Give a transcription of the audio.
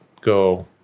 go